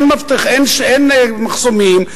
אין מחסומים,